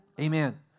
Amen